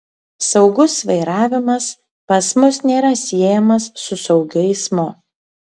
saugus vairavimas pas mus nėra siejamas su saugiu eismu